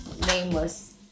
nameless